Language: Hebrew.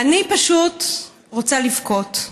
אני פשוט רוצה לבכות,